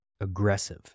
aggressive